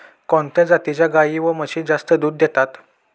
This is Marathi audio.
कोणत्या जातीच्या गाई व म्हशी जास्त दूध देतात?